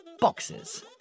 boxes